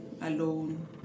alone